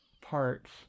parts